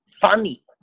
funny